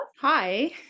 Hi